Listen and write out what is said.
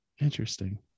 Interesting